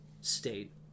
state